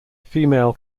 female